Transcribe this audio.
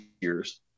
years